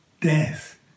death